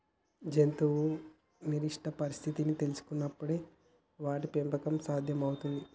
జంతువు నిర్దిష్ట పరిస్థితిని తెల్సుకునపుడే వాటి పెంపకం సాధ్యం అవుతుంది